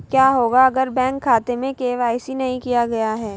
क्या होगा अगर बैंक खाते में के.वाई.सी नहीं किया गया है?